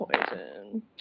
poison